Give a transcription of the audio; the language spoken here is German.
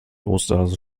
osterhasen